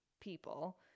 people